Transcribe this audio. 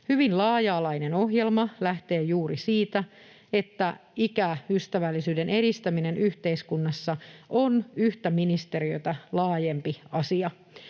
Hyvin laaja-alainen ohjelma lähtee juuri siitä, että ikäystävällisyyden edistäminen yhteiskunnassa on yhtä ministeriötä laajempi asia.